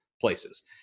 places